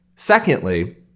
Secondly